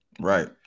Right